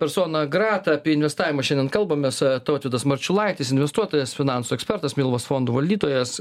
persona grata apie investavimą šiandien kalbamės tautvydas marčiulaitis investuotojas finansų ekspertas milvos fondų valdytojas